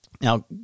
Now